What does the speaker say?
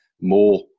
more